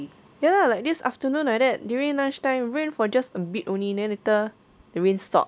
ya lah like this afternoon like that during lunch time rain for just a bit only then later the rain stop